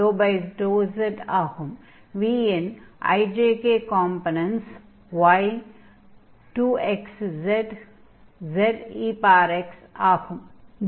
v இன் i j k components y 2xz zex ஆகும்